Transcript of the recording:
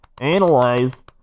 Analyze